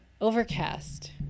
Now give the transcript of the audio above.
overcast